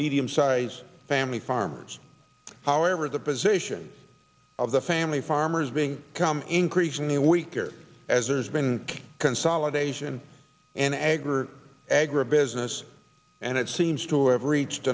medium sized family farmers however the position of the family farmers being become increasingly weaker as there's been consolidation and agger agribusiness and it seems to have reached